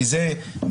כי זה מייד,